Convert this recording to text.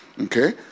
Okay